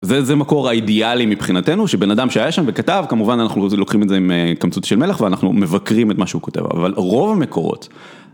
זה מקור האידיאלי מבחינתנו שבן אדם שהיה שם וכתב כמובן אנחנו לוקחים את זה עם קמצוץ של מלח ואנחנו מבקרים את מה שהוא כותב אבל רוב המקורות.